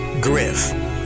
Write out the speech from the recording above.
Griff